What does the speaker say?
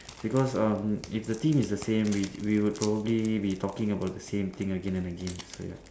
because um if the thing is the same we we would probably be talking about the same thing again and again so ya